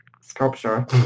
sculpture –